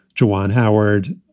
jwan howard,